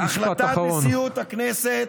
משפט אחרון.